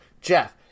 Jeff